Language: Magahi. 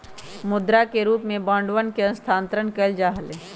मुद्रा के रूप में बांडवन के स्थानांतरण कइल जा हलय